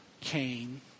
Cain